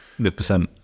100%